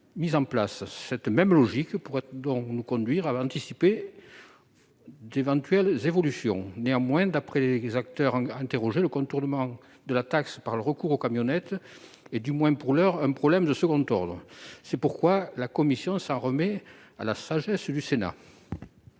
mise en place. Cette même logique pourrait donc nous conduire à anticiper d'autres éventuelles évolutions. Néanmoins, d'après les acteurs interrogés, le contournement de la taxe par le recours aux camionnettes est, du moins pour l'heure, un problème de second ordre. C'est pourquoi la commission s'en remet à la sagesse du Sénat.